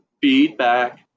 feedback